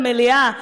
במליאה,